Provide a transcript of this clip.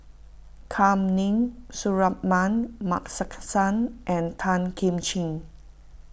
Kam Ning Suratman Markasan and Tan Kim Ching